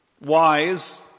wise